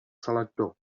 selector